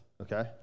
okay